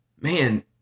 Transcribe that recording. man